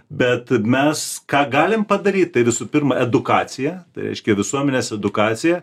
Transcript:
bet mes ką galim padaryt tai visų pirma edukacija tai reiškia visuomenės edukacija